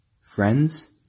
friends